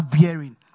bearing